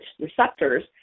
receptors